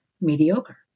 mediocre